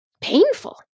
painful